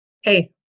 hey